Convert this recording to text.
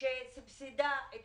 שסבסדה את